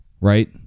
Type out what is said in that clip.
right